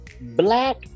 black